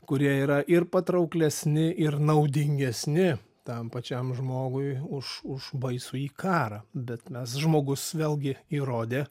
kurie yra ir patrauklesni ir naudingesni tam pačiam žmogui už už baisųjį karą bet mes žmogus vėlgi įrodė